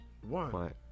One